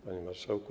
Panie Marszałku!